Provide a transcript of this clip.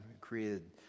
created